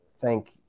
thank